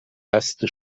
erste